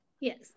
Yes